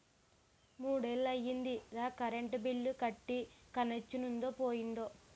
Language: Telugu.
మూడ్నెల్లయ్యిందిరా కరెంటు బిల్లు కట్టీ కనెచ్చనుందో పోయిందో